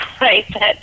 right